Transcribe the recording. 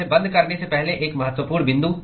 वैसे बंद करने से पहले एक महत्वपूर्ण बिंदु